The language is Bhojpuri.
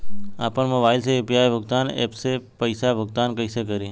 आपन मोबाइल से यू.पी.आई भुगतान ऐपसे पईसा भुगतान कइसे करि?